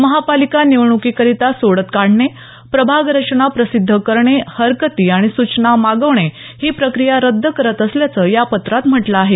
महापालिका निवडण्कीकरता सोडत काढणे प्रभागरचना प्रसिद्ध करणे हरकती आणि सूचना मागवणे ही प्रक्रिया रद्द करत असल्याचं या पत्रात म्हटलं आहे